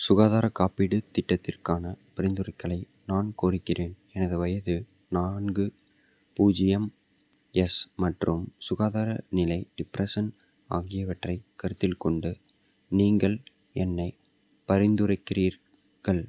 சுகாதாரக் காப்பீடுத் திட்டத்திற்கானப் பரிந்துரைகளை நான் கோருகிறேன் எனது வயது நான்கு பூஜ்ஜியம் எஸ் மற்றும் சுகாதார நிலை டிப்ரசன் ஆகியவற்றைக் கருத்தில் கொண்டு நீங்கள் என்னைப் பரிந்துரைக்கிறீர்கள்